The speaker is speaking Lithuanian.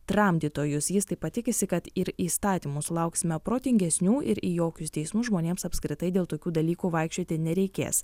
tramdytojus jis taip pat tikisi kad ir įstatymų sulauksime protingesnių ir į jokius teismus žmonėms apskritai dėl tokių dalykų vaikščioti nereikės